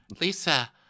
Lisa